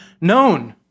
known